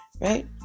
right